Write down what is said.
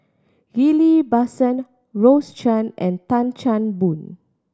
Ghillie Basan Rose Chan and Tan Chan Boon